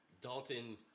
Dalton